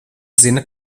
zina